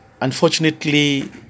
Unfortunately